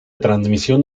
transmisión